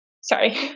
sorry